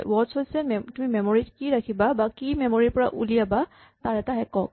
words হৈছে তুমি memory ত কি ৰাখিবা বা কি মেমৰী ৰ পৰা উলিয়াবা তাৰ এটা একক